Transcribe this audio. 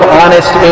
honest